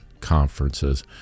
conferences